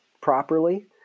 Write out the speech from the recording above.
properly